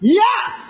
yes